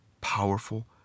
powerful